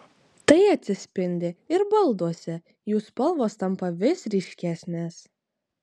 tai atsispindi ir balduose jų spalvos tampa vis ryškesnės